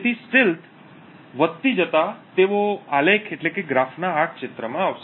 જેથી સ્ટીલ્થ વધતી જતાં તેઓ આલેખ ના આ ક્ષેત્રમાં આવશે